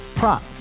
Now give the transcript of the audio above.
Prop